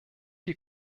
die